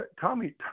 Tommy